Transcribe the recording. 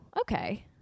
okay